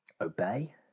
obey